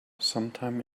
sometimes